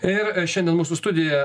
ir šiandien mūsų studijoje